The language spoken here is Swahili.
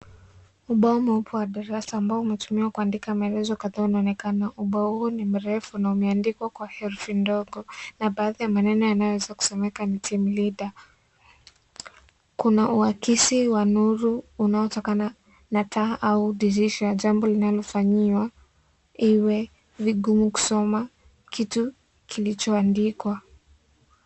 Ubao mweupe wa darasa ambao umetumiwa kuandika maelezo kadhaa unaonekana, ubao huu ni mrefu na umeandikwa kwa herufi ndogo na baadhi ya maneno yanayoweza kusomeka ni teamleader , kuna uakisi wa nuru unaotokana na taa au dirisha jambo linalofanyiwa iwe vigumu kusoma kitu kilichoandikwa.